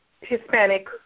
Hispanic